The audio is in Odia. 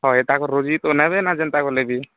ହଏ ଏଇଟାକୁ ତୋ ନାଁରେ ନା ଯେନ୍ତା କଲେ ବି